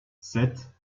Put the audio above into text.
sept